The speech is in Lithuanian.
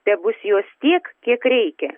tebus jos tiek kiek reikia